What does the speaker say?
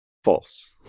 False